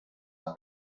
amb